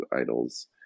idols